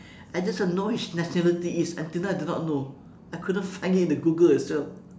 I just know his nationality is until now I do not know I couldn't find it in the google itself